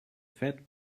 fat